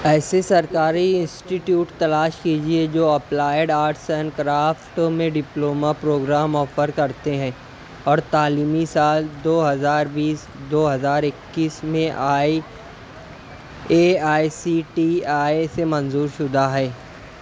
ایسے سرکاری انسٹیٹیوٹ تلاش کیجیے جو اپلائیڈ آرٹس اینڈ کرافٹس میں ڈپلومہ پروگرام آفر کرتے ہیں اور تعلیمی سال دو ہزار بیس دو ہزار اکیس میں I A I C T I سے منظور شدہ ہیں